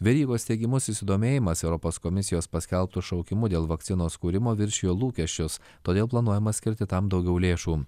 verygos teigimu susidomėjimas europos komisijos paskelbtu šaukimu dėl vakcinos kūrimo viršijo lūkesčius todėl planuojama skirti tam daugiau lėšų